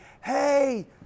Hey